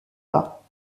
pas